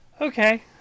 Okay